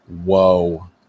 whoa